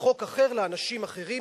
וחוק אחר לאנשים אחרים,